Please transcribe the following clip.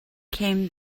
came